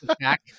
attack